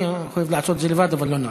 אף שאני אוהב לעשות את זה לבד, לא נורא.